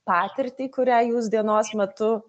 patirtį kurią jūs dienos metu